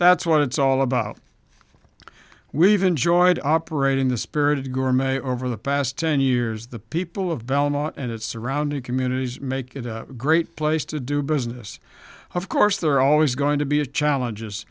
that's what it's all about we've enjoyed operating the spirit of gourmet over the past ten years the people of belmont and its surrounding communities make it a great place to do business of course there are always going to be a challenge is